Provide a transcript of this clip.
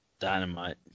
Dynamite